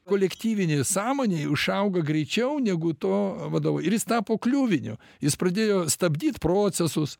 kolektyvinė sąmonė išauga greičiau negu to vadovo ir jis tapo kliuviniu jis pradėjo stabdyt procesus